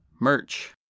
Merch